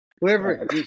Whoever